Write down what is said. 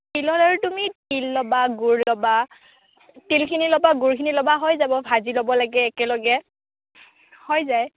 তিলৰ লাৰু তুমি তিল ল'বা গুড় ল'বা তিলখিনি ল'বা গুড়খিনি ল'বা হৈ যাব ভাজি ল'ব লাগে একেলগে হৈ যায়